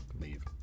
leave